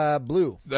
Blue